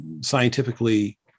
scientifically